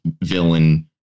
villain